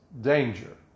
danger